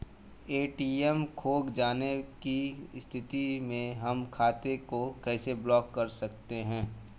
ATM खो जाने की स्थिति में हम खाते को कैसे ब्लॉक कर सकते हैं?